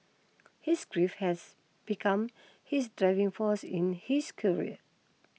his grief has become his driving force in his career